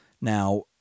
Now